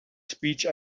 speech